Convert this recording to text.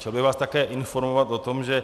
Chtěl bych vás také informovat o tom, že